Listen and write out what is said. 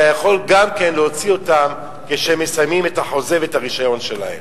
אתה יכול גם כן להוציא אותם כשהם מסיימים את החוזה ואת הרשיון שלהם.